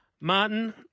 Martin